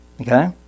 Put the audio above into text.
okay